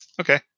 Okay